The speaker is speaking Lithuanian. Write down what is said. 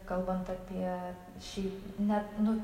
kalbant apie šį net nu